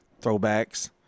throwbacks